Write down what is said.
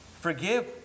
forgive